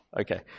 Okay